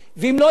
ואם לא יאשרו,